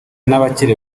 n’abakiri